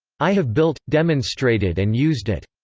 i have built, demonstrated and used it.